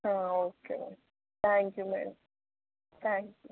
okay thank you madam thank you